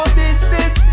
business